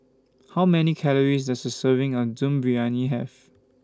How Many Calories Does A Serving of Dum Briyani Have